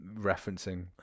referencing